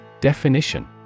Definition